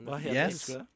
Yes